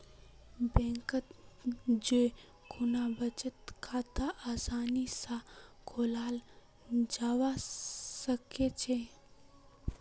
बैंकत जै खुना बचत खाता आसानी स खोलाल जाबा सखछेक